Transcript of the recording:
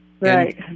Right